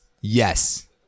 Yes